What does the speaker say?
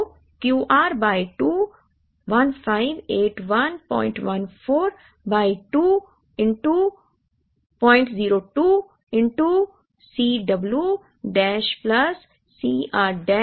तो Q r by 2 158114 by 2 point 2 C w dash plus C r dash जो कि 20 है